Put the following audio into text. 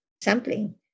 sampling